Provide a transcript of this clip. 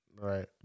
Right